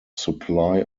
supply